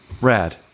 Rad